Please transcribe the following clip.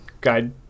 Guide